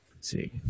See